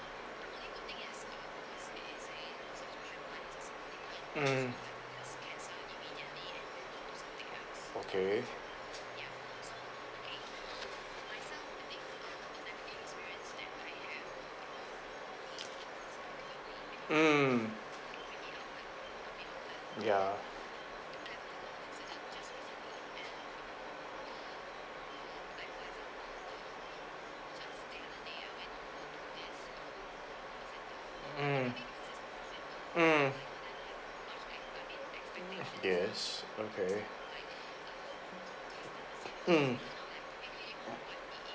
mm okay mm ya mm mm yes okay mm